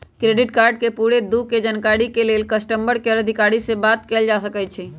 credit card के पूरे दू के जानकारी के लेल कस्टमर केयर अधिकारी से बात कयल जा सकइ छइ